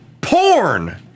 porn